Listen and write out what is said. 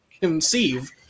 conceive